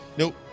Nope